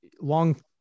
long